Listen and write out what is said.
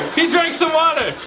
he drank some water.